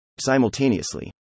Simultaneously